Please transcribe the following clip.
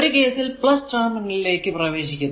ഒരു കേസിൽ ടെർമിനൽ ലേക്ക് പ്രവേശിക്കുന്നു